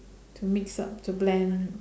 to mix up to blend